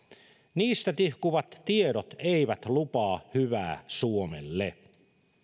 niistä tihkuvat tiedot eivät lupaa hyvää suomelle